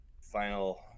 final